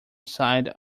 side